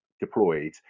deployed